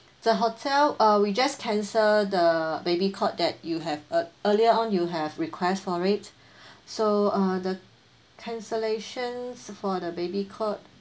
the hotel uh we just cancel the baby cot that you have ear~ earlier on you have request for it so uh the cancellation for the baby cot